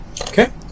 Okay